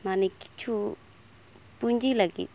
ᱢᱟᱱᱮ ᱠᱤᱪᱷᱩ ᱯᱩᱸᱡᱤ ᱞᱟᱹᱜᱤᱫ